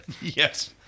Yes